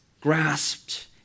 grasped